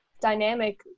dynamic